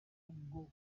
bwo